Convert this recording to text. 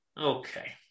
okay